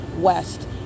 west